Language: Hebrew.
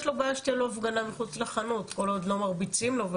יש לו בעיה שתהיה לו הפגנה מחוץ לחנות כל עוד לא מרביצים לו.